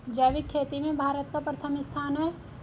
जैविक खेती में भारत का प्रथम स्थान है